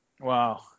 Wow